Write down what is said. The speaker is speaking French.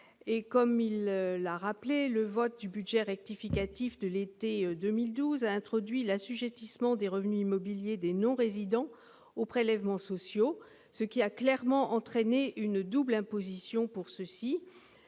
Le Gleut, le vote du projet de budget rectificatif de l'été 2012 a introduit l'assujettissement des revenus immobiliers des non-résidents aux prélèvements sociaux, ce qui a entraîné une double imposition pour ceux-ci.